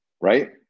right